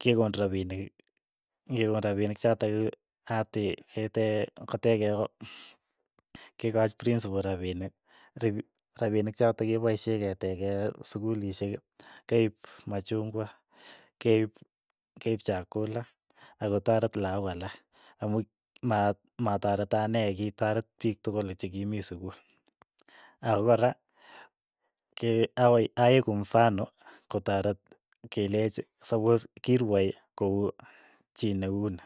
kekoon rapinik, ng'ekoon rapinik chotok atii etee koteke ko kekooch pirinsipo rapinik rep rapinik chotok kepaishe keteche sukulishek, keim machungwa. keip chakula akotaret lakok alak, amuch ma matareto ana kitoret piik tukul chi ki mii sukul, ako kora ke akoi aeku mfano kotaret kelech sapos kirwai kou chii neuni.